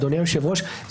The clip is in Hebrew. אדוני היושב-ראש,